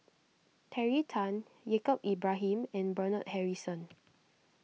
Terry Tan Yaacob Ibrahim and Bernard Harrison